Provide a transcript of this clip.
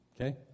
Okay